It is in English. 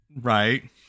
Right